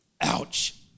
ouch